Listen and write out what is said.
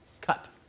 Cut